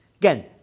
Again